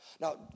Now